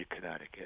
Connecticut